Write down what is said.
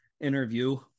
interview